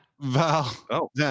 Val